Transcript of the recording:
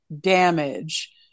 damage